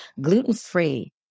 gluten-free